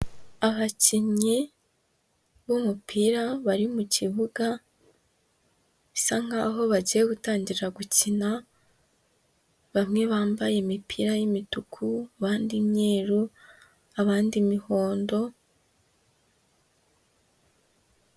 Abakinnyi b'umupira bari mu kibuga bisa nkaho bagiye gutangira gukina, bamwe bambaye imipira y'imituku, abandi imyeru, abandi imihondo.